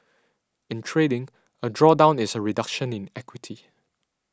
in trading a drawdown is a reduction in equity